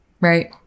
right